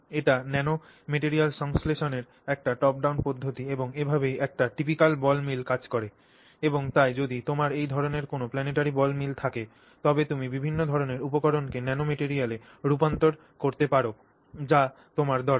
এটি ন্যানোমেটরিয়াল সংশ্লেষণের একটি top down পদ্ধতি এবং এভাবেই একটি টিপিক্যাল বল মিল কাজ করে এবং তাই যদি তোমার এই ধরণের কোনও planetary ball mill থাকে তবে তুমি বিভিন্ন ধরণের উপকরণকে ন্যানোম্যাটরিয়ালে রূপান্তর করতে পার যা তোমার দরকার